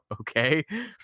okay